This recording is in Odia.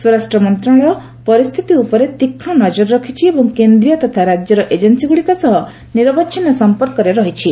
ସ୍ୱରାଷ୍ଟ୍ର ମନ୍ତ୍ରଣାଳୟ ପରିସ୍ଥିତି ଉପରେ ତୀକ୍ଷ୍ଣ ନଜର ରଖିଛି ଏବଂ କେନ୍ଦ୍ରୀୟ ତଥା ରାଜ୍ୟର ଏଜେନ୍ସୀଗୁଡ଼ିକ ସହ ନିରବଚ୍ଛିନ୍ନ ସଂପର୍କରେ ରହିଛି